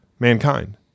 Mankind